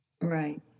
Right